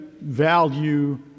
value